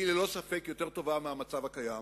היא ללא ספק יותר טובה מהמצב הקיים.